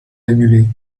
annulé